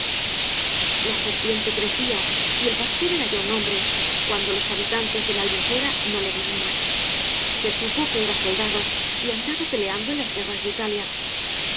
la serpiente crecía y el pastor era ya un hombre cuando los habitantes de la albufera no le vieron más se supo que era soldado y andaba peleaado en las guerras de italia